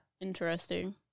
Interesting